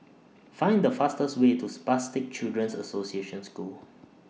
Find The fastest Way to Spastic Children's Association School